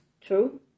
True